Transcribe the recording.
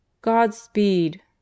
Godspeed